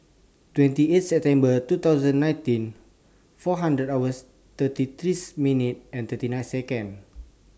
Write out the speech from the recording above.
twenty eight September two thousand nineteen four hundred hours thirty threes minute and thirty nine Second